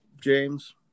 James